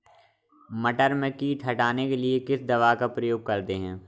मटर में कीट हटाने के लिए किस दवा का प्रयोग करते हैं?